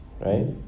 right